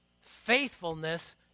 Faithfulness